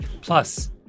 Plus